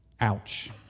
Ouch